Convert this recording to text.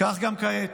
כך גם כעת.